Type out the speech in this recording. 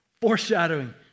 foreshadowing